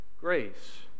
grace